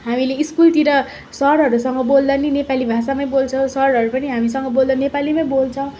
हामीले स्कुलतिर सरहरूसँग बोल्दा पनि नेपाली भाषामै बोल्छौँ सरहरू पनि हामीसँग बोल्दा नेपालीमै बोल्छ